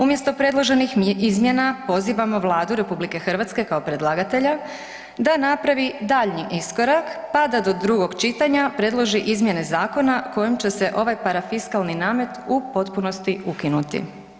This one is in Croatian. Umjesto predloženih izmjena pozivamo Vladu Republike Hrvatske kao predlagatelja da napravi daljnji iskorak, pa da do drugog čitanja predloži izmjene zakona kojim će se ovaj parafiskalni namet u potpunosti ukinuti.